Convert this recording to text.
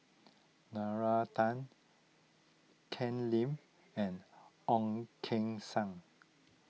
Nalla Tan Ken Lim and Ong Keng Sen